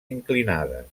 inclinades